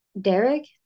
Derek